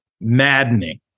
maddening